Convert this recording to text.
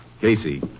Casey